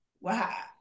wow